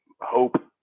hope